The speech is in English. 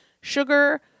Sugar